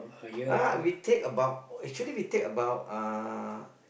ah we take about oh actually we take about uh